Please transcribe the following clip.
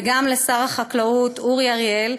וגם לשר החקלאות אורי אריאל,